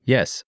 Yes